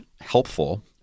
helpful